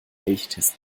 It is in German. elchtest